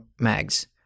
mags